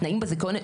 התנאים בזיכיון,